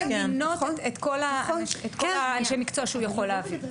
למנות את כול אנשי המקצוע שהוא יכול להביא.